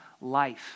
life